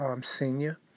senior